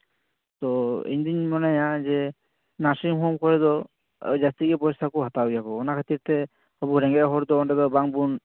ᱛᱚ ᱤᱧᱫᱚᱧ ᱢᱚᱱᱮᱭᱟ ᱡᱮ ᱱᱟᱨᱥᱤᱝᱦᱳᱢ ᱠᱚᱨᱮ ᱫᱚ ᱡᱟᱹᱥᱛᱤ ᱜᱮ ᱯᱚᱭᱥᱟ ᱠᱚ ᱦᱟᱛᱟᱣ ᱜᱮᱭᱟᱠᱚ ᱚᱱᱟ ᱠᱷᱟᱹᱛᱤᱨ ᱛᱮ ᱟᱵᱚ ᱨᱮᱸᱜᱮᱡ ᱦᱚᱲ ᱫᱚ ᱟᱵᱚ ᱵᱟᱝᱵᱚᱱ